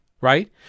right